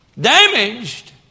damaged